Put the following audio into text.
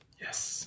Yes